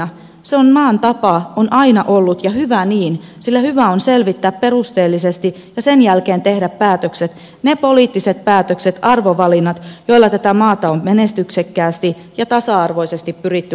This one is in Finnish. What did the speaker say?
se on maan tapa on aina ollut ja hyvä niin sillä hyvä on selvittää perusteellisesti ja sen jälkeen tehdä päätökset ne poliittiset päätökset arvovalinnat joilla tätä maata on menestyksekkäästi ja tasa arvoisesti pyritty rakentamaan